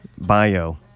bio